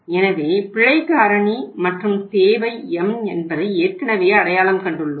எனவே பிழை காரணி மற்றும் தேவை M என்பதை ஏற்கனவே அடையாளம் கண்டுள்ளோம்